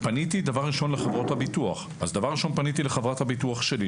אז דבר ראשון, פניתי לחברת הביטוח שלי.